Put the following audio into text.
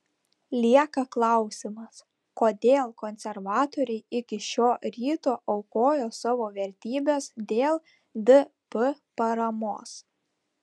lieka klausimas kodėl konservatoriai iki šio ryto aukojo savo vertybes dėl dp paramos